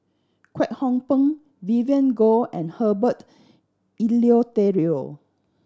Kwek Hong Png Vivien Goh and Herbert Eleuterio